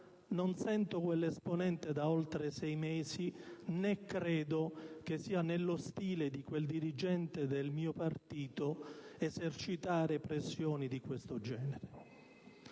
Non sento quell'esponente da oltre sei mesi, né credo che sia nello stile di quel dirigente del mio partito esercitare pressioni di questo genere.